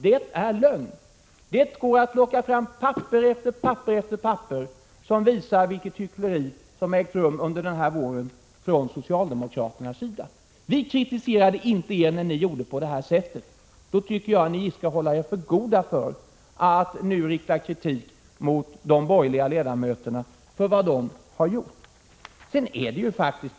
Det är lögn, och det går att plocka fram papper efter papper efter papper, som visar vilket hyckleri som från socialdemokraternas sida har ägt rum under denna vår. Vi kritiserade inte er när ni gjorde på det här sättet. Jag tycker därför att ni skall hålla er för goda för att nu rikta kritik mot de borgerliga ledamöterna för vad de har gjort. Herr talman!